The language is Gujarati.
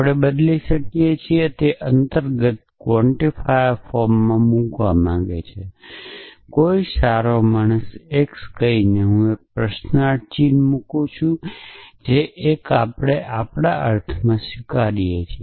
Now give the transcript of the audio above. આપણે બદલી શકીએ કે તે અંતર્ગત ક્વોન્ટિફાયર ફોર્મમાં મૂકવા માંગે છે કોઈ સારો માણસ x કહીને હું એક પ્રશ્નાર્થ ચિહ્ન મૂકું છું જે એક જે આપણે આપણા અર્થમાં સ્વીકારીએ છીએ